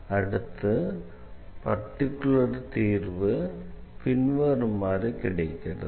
அடுத்து பர்டிகுலர் தீர்வு பின்வருமாறு கிடைக்கிறது